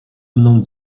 mną